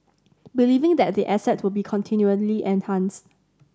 believing that the asset will be continuously enhanced